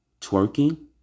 twerking